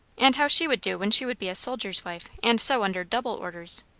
and how she would do when she would be a soldier's wife, and so under double orders?